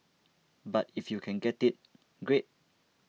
but if you can get it great